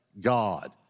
God